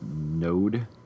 node